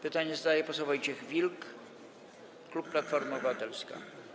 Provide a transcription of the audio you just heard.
Pytanie zadaje poseł Wojciech Wilk, klub Platforma Obywatelska.